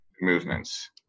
movements